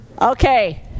Okay